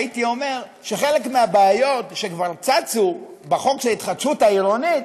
הייתי אומר שחלק מהבעיות שכבר צצו בחוק ההתחדשות העירונית,